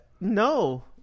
No